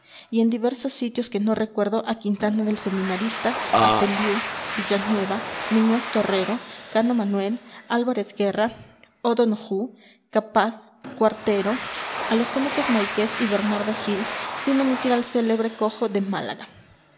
y en diversos sitios que no recuerdo a quintana el seminarista a feliú villanueva muñoz torrero cano manuel álvarez guerra o donojú capaz cuartero a los cómicos máiquez y bernardo gil sin omitir al célebrecojo de málaga oh